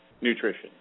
nutrition